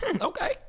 okay